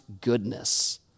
goodness